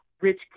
rich